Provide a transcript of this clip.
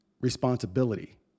responsibility